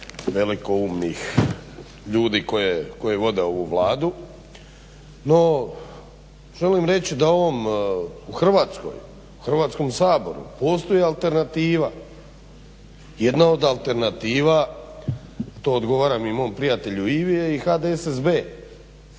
velikoumnih ljudi koji vode ovu Vladu. No želim reći da u Hrvatskoj, u Hrvatskom saboru postoji alternativa. Jedna od alternativa, to odgovaram i mom prijatelju Ivi je i HDSSB